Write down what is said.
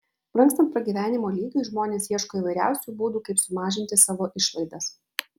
brangstant pragyvenimo lygiui žmonės ieško įvairiausių būdų kaip sumažinti savo išlaidas